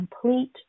complete